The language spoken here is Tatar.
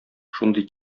шундый